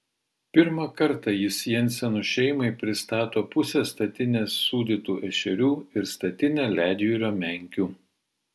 pirmą kartą jis jensenų šeimai pristato pusę statinės sūdytų ešerių ir statinę ledjūrio menkių